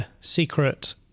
secret